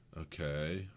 okay